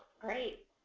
Great